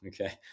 Okay